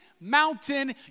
mountain